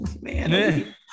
man